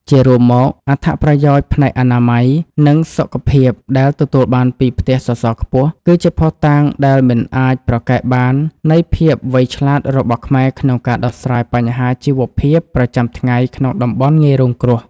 ជារួមមក អត្ថប្រយោជន៍ផ្នែកអនាម័យ និងសុខភាពដែលទទួលបានពីផ្ទះសសរខ្ពស់ គឺជាភស្តុតាងដែលមិនអាចប្រកែកបាននៃភាពវៃឆ្លាតរបស់ខ្មែរក្នុងការដោះស្រាយបញ្ហាជីវភាពប្រចាំថ្ងៃក្នុងតំបន់ងាយរងគ្រោះ។